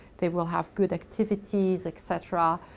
they will have good activities, etc.